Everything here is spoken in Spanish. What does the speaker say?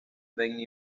benny